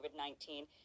COVID-19